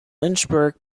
lynchburg